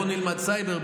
בואו נלמד סייבר,